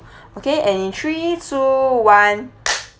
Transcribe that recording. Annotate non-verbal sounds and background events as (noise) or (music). (breath) okay and in three two one (noise)